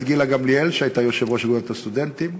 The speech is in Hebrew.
גילה גמליאל שהייתה יושבת-ראש אגודת הסטודנטים.